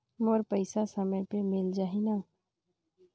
मोर पइसा समय पे मिल जाही न?